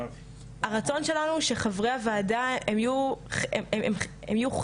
הרצון שלנו שחברי הוועדה יהיו חלק,